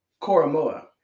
koromoa